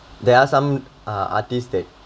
there are some uh artistic